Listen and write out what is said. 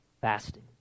fasting